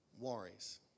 worries